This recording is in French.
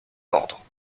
ordre